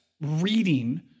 reading